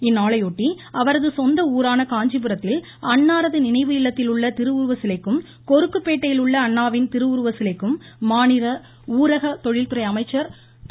இந்நாளையொட்டி அவரது சொந்த ஊரான காஞ்சிபுரத்தில் அன்னாரது நினைவு இல்லத்தில் உள்ள திருவுருவ சிலைக்கும் கொருக்குப்பேட்டையிலுள்ள அண்ணாவின் திருவுருவ சிலைக்கும் மாநில உளரக தொழில்துறை அமைச்சர் திரு